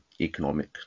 economic